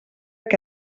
que